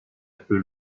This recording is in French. peu